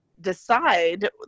decide